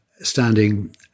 standing